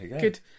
Good